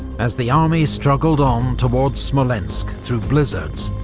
as the army struggled on towards smolensk through blizzards,